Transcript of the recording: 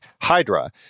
Hydra